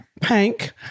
Pink